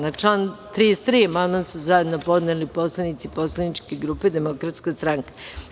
Na član 33. amandman su zajedno podneli poslanici Poslaničke grupe Demokratska stranka.